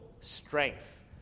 strength